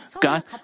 God